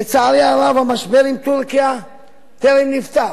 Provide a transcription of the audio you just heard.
לצערי הרב, המשבר עם טורקיה טרם נפתר,